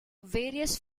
various